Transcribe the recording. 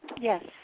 yes